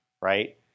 right